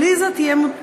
עליזה תהיה,